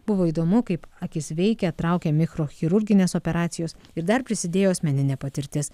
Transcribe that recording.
buvo įdomu kaip akis veikia traukia mikrochirurginės operacijos ir dar prisidėjo asmeninė patirtis